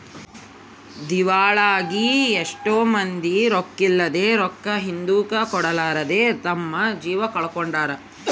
ದಿವಾಳಾಗಿ ಎಷ್ಟೊ ಮಂದಿ ರೊಕ್ಕಿದ್ಲೆ, ರೊಕ್ಕ ಹಿಂದುಕ ಕೊಡರ್ಲಾದೆ ತಮ್ಮ ಜೀವ ಕಳಕೊಂಡಾರ